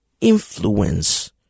influence